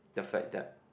the fact that